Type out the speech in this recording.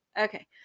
okay